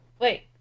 Wait